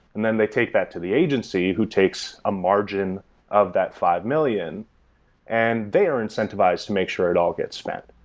and then they take that to the agency who takes a margin of that five million and they are incentivized to make sure it all gets snapped.